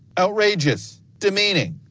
outrageous, demeaning,